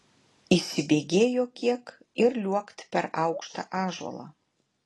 įsibėgėjo kiek ir liuokt per aukštą ąžuolą